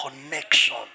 connection